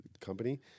company